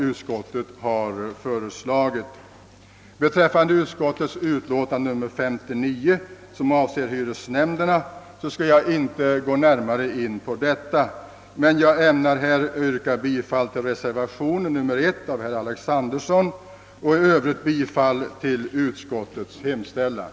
Jag går nu inte närmare in på tredje lagutskottets utlåtande nr 59, som gäller hyresnämnderna, men jag vill meddela att jag efter föredragningen av utlåtandet kommer att framställa yrkande om bifall till reservationen I av herr Alexanderson m.fl. och i övrigt bifall till utskottets hemställan.